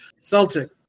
Celtic